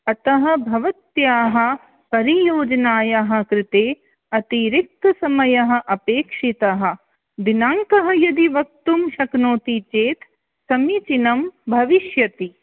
अतः भवत्याः परियोजनायाः कृते अतिरिक्तसमयः अपेक्षितः दिनाङ्कः यदि वक्तुं शक्नोति चेत् समीचिनं भविष्यति